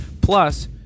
Plus